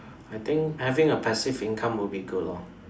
I think having a passive income would be good lor